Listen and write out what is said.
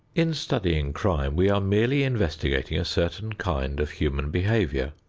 in studying crime we are merely investigating a certain kind of human behavior.